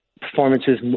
performances